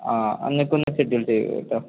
ആ അ എന്നിട്ടൊന്ന് ഷെഡ്യൂൾ ചെയ്യൂ കേട്ടോ